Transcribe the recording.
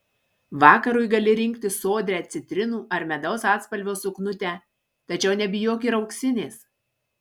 vakarui gali rinktis sodrią citrinų ar medaus atspalvio suknutę tačiau nebijok ir auksinės